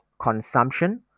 consumption